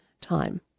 time